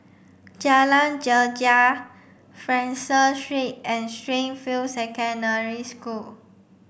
Jalan Greja Fraser Street and Springfield Secondary School